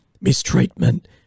mistreatment